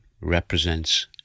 represents